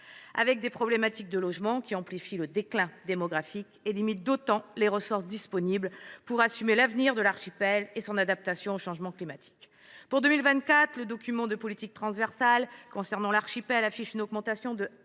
France. Les problèmes de logement y amplifient de surcroît le déclin démographique, limitant d’autant les ressources disponibles pour assurer l’avenir de l’archipel et son adaptation au changement climatique. Pour 2024, le document de politique transversale relatif au budget de l’archipel affiche une augmentation de 1,522